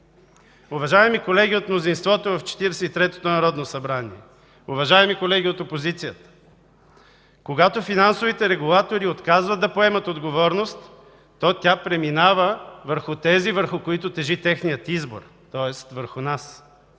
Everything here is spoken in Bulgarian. Уважаеми колеги от мнозинството в Четиридесет и третото народно събрание, уважаеми колеги от опозицията, когато финансовите регулатори отказват да поемат отговорност, то тя преминава върху тези, върху които тежи техния избор, тоест върху нас.